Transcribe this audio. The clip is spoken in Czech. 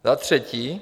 Za třetí.